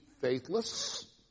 faithless